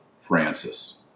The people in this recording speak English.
Francis